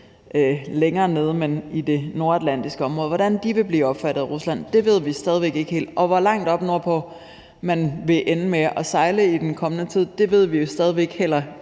flere NATO-øvelser i det nordatlantiske område, men også længere nede, vil blive opfattet af Rusland, ved vi stadig væk ikke helt. Og hvor langt oppe nordpå man vil ende med at sejle i den kommende tid, ved vi stadig væk heller